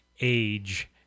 age